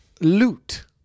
loot